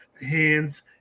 hands